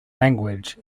language